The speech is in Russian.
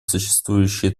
существующие